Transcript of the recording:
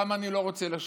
למה אני לא רוצה לשבת: